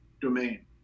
domain